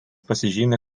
pasižymi